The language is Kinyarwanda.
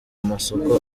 amasoko